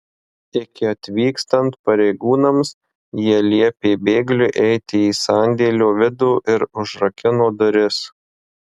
iki atvykstant pareigūnams jie liepė bėgliui eiti į sandėlio vidų ir užrakino duris